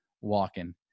walking